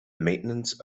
maintenance